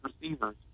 receivers